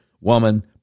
woman